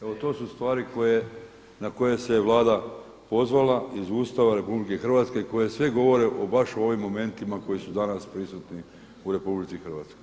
Evo to su stvari na koje se Vlada pozvala iz Ustava RH koje sve govore baš o ovim momentima koji su danas prisutni u RH.